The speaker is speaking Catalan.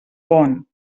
pont